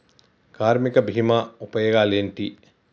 కార్మిక బీమా ఉపయోగాలేంటి?